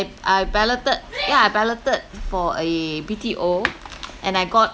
I balloted yeah I balloted for a B_T_O and I got